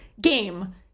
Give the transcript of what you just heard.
game